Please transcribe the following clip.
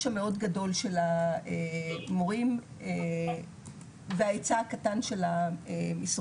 המאוד גדול של המורים וההיצע הקטן של המשרות.